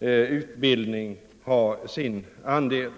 utbildning har sin andel.